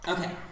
Okay